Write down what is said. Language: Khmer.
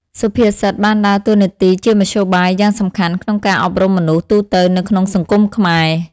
សុភាសិតបានដើរតួនាទីជាមធ្យោបាយយ៉ាងសំខាន់ក្នុងការអប់រំមនុស្សទូទៅនៅក្នុងសង្គមខ្មែរ។